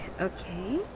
Okay